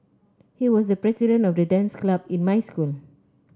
he was the president of the dance club in my school